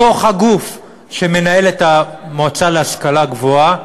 בתוך הגוף שמנהל את המועצה להשכלה גבוהה,